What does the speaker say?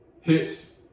Hits